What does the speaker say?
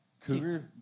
Cougar